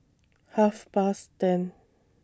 Half Past ten